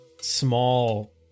small